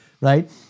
right